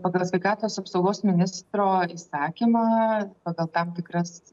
pagal sveikatos apsaugos ministro įsakymą pagal tam tikras